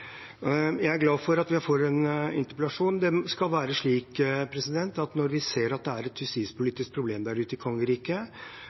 Jeg er glad for at vi får en interpellasjon. Det skal være slik at når vi ser at det er et